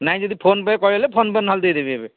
ନାଇ ଯଦି PhonePe କହିବେ ଫୋନ୍ ପେ ନହେଲେ ଦେଇଦେବି ଏବେ